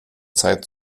zeit